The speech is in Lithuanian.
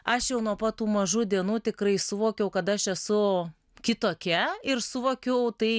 aš jau nuo pat tų mažų dienų tikrai suvokiau kad aš esu kitokia ir suvokiau tai